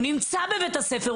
הוא נמצא בבית הספר,